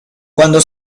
cuando